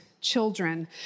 children